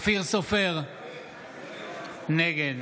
נגד